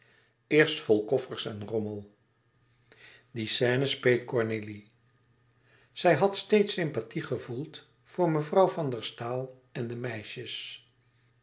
eerst vol koffers en rommel die scène speet cornélie zij had steeds sympathie gevoeld voor mevrouw van der staal en de meisjes